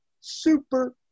Super